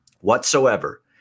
whatsoever